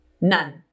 None